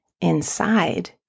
inside